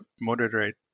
moderate